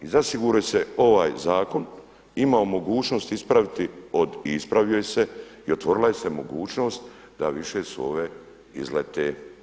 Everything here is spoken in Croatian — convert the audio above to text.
I zasigurno se ovaj zakon imao mogućnosti ispraviti i ispravio se i otvorila se mogućnost da više su ove izlete.